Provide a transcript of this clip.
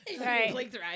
Right